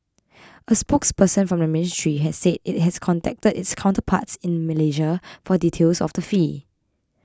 a spokesperson from the ministry said it has contacted its counterparts in Malaysia for details of the fee